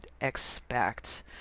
expect